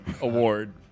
award